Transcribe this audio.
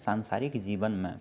सान्सारिक जीवनमे